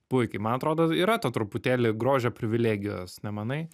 puikiai man atrodo yra to truputėlį grožio privilegijos nemanai